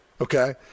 okay